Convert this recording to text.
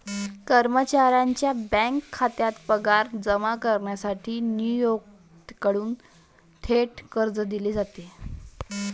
कर्मचाऱ्याच्या बँक खात्यात पगार जमा करण्यासाठी नियोक्त्याकडून थेट कर्ज दिले जाते